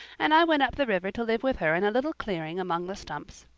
and i went up the river to live with her in a little clearing among the stumps.